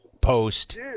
post